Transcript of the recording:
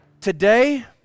Today